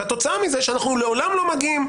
התוצאה מזה שאנחנו לעולם לא מגיעים.